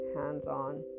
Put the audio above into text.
hands-on